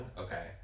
Okay